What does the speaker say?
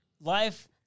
life –